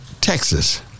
Texas